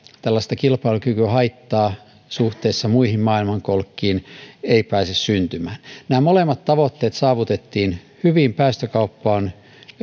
tällaista kilpailukykyhaittaa suhteessa muihin maailmankolkkiin ei pääse syntymään nämä molemmat tavoitteet saavutettiin hyvin päästökauppa on